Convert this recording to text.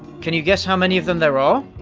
can you guess how many of them there ah